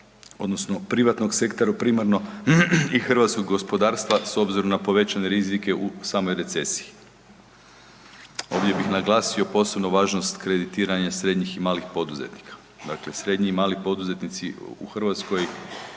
odnosno privatnog sektora primarno i hrvatskog gospodarstva s obzirom na povećane rizike u samoj recesiji. Ovdje bih naglasio posebnu važnost kreditiranja srednjih i malih poduzetnika, dakle srednji i mali poduzetnici u Hrvatskoj